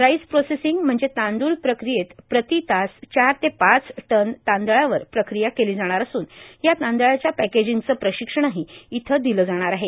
rice processing म्हणजे तांदूळ प्रक्रियेत प्रति तास चार ते पाच टन तांदळावर प्रक्रिया केली जाणार असून या तांदळाच्या पॅकेजिंगचं प्रशिक्षणही इथं दिलं जाणार आहे